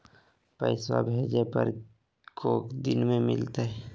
पैसवा भेजे पर को दिन मे मिलतय?